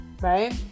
right